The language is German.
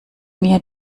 mir